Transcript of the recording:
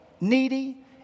needy